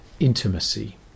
Intimacy